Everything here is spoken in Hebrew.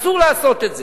אסור לעשות את זה.